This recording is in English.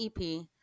EP